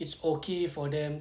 it's okay for them